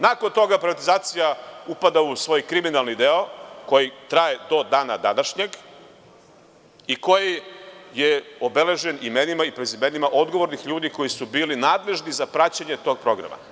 Nakon toga privatizacija upada u svoj kriminalni deo koji traje do dana današnjeg i koji je obeležen imenima i prezimenima odgovornih ljudi koji su bili nadležni za praćenje tog programa.